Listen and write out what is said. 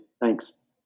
Thanks